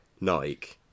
Nike